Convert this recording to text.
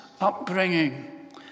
upbringing